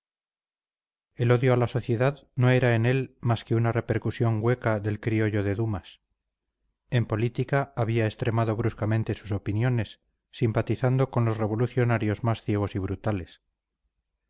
el odio a la sociedad no era en él más que una repercusión hueca del criollo de dumas en política había extremado bruscamente sus opiniones simpatizando con los revolucionarios más ciegos y brutales